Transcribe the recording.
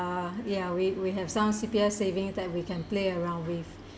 ya we we have some C_P_F saving that we can play around with